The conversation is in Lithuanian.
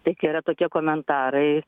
tik yra tokie komentarai